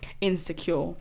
insecure